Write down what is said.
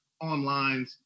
online